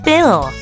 Bill